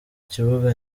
kibuga